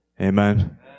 Amen